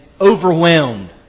overwhelmed